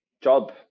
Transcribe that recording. job